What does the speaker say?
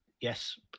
yes